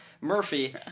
Murphy